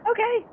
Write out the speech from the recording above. Okay